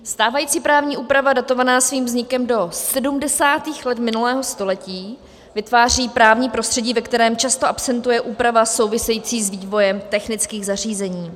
Stávající právní úprava datovaná svým vznikem do 70. let minulého století vytváří právní prostředí, ve kterém často absentuje úprava související s vývojem technických zařízení.